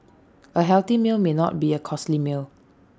A healthy meal may not be A costly meal